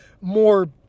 more